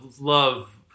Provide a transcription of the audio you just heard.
love